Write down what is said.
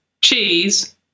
cheese